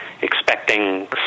expecting